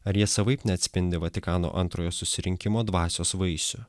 ar jie savaip neatspindi vatikano antrojo susirinkimo dvasios vaisių